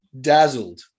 dazzled